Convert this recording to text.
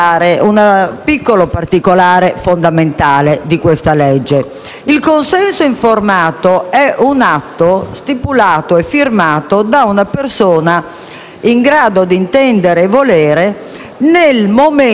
il consenso informato è un atto stipulato e firmato da una persona in grado di intendere e volere nel momento in cui si presenta una situazione di patologia per